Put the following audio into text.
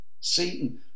Satan